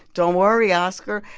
don't worry, oscar.